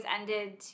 ended